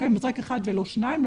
ולא שניים,